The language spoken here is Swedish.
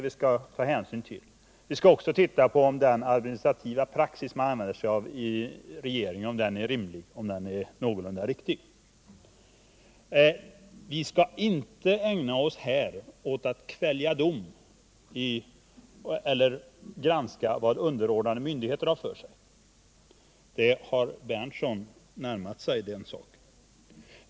Vi skall också se om den praxis som regeringen använder sig av är någorlunda riktig. Vi skall inte här ägna oss åt att kvälja dom eller granska vad underordnade myndigheter har för sig. Herr Berndtson har närmat sig den saken.